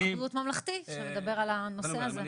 בריאות ממלכתי שמדבר על הנושא הזה.